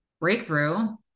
breakthrough